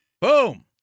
Boom